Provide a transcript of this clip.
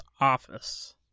office